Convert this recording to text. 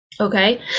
Okay